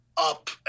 up